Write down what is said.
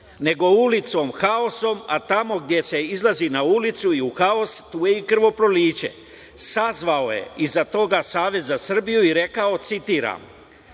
nego ulicom, haosom, a tamo gde se izlazi na ulicu i u haos, tu je i krvoproliće, sazvao je iza toga Savez za Srbiju, pozvao na